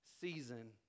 season